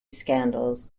scandals